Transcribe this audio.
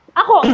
ako